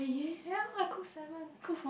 ya I cook salmon